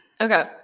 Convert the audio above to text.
okay